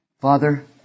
Father